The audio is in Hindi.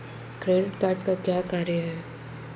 क्रेडिट कार्ड का क्या कार्य है?